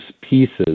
pieces